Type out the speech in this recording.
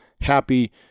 happy